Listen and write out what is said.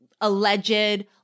alleged